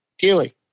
Keely